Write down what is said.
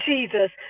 Jesus